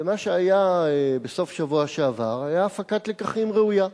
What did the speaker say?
ומה שהיה בסוף שבוע שעבר, היה הפקת לקחים ראויה.